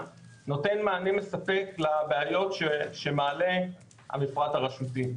נותן מענה מספק לבעיות שמעלה המפרט הרשותי.